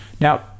Now